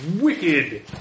wicked